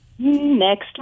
Next